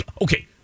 Okay